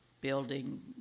building